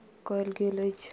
कयल गेल अछि